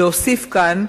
להוסיף כאן,